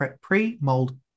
pre-mold